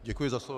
Děkuji za slovo.